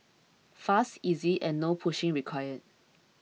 fast easy and no pushing required